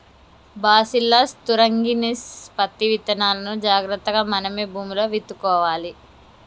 bacillus thuringiensis పత్తి విత్తనాలును జాగ్రత్తగా మనమే భూమిలో విత్తుకోవాలి